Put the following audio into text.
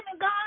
God